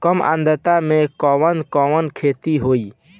कम आद्रता में कवन कवन खेती होई?